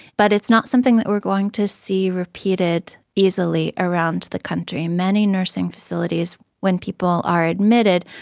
but it's not something that we are going to see repeated easily around the country. many nursing facilities, when people are admitted,